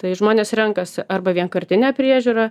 tai žmonės renkasi arba vienkartinę priežiūrą